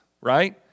right